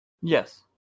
yes